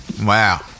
Wow